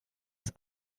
ist